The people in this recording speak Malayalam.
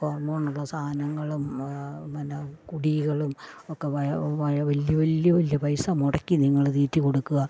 ഹോർമോൺ ഉള്ള സാനങ്ങളും പിന്ന കുടികളും ഒക്കെ വലിയ വലിയ വലിയ പൈസ മുടക്കി നിങ്ങൾ തീറ്റി കൊടുക്കുക